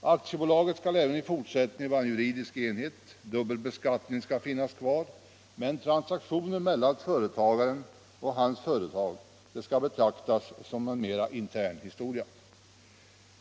Aktiebolaget skall även i fortsättningen vara en juridisk enhet. Dubbelbeskattningen skall finnas kvar, men transaktioner mellan företagaren och hans företag skall betraktas som en mer intern historia.